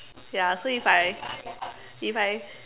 ya so if I if I